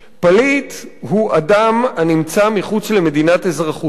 פליט הוא "אדם הנמצא מחוץ למדינת אזרחותו